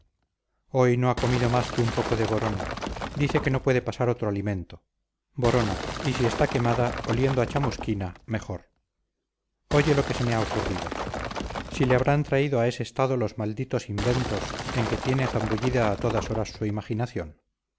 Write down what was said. hoy no ha comido más que un poco de borona dice que no puede pasar otro alimento borona y si está quemada oliendo a chamusquina mejor oye lo que se me ha ocurrido si le habrán traído a ese estado los malditos inventos en que tiene zambullida a todas horas su imaginación